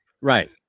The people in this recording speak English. Right